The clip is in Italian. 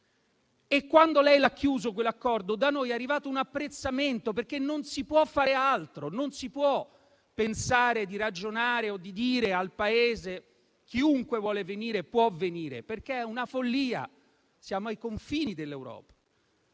quell'accordo, da noi è arrivato un apprezzamento, perché non si può fare altro. Non si può pensare di dire al Paese che chiunque vuole venire può farlo, perché è una follia: siamo ai confini dell'Europa.